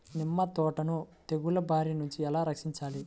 నిమ్మ తోటను తెగులు బారి నుండి ఎలా రక్షించాలి?